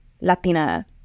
latina